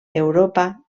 europa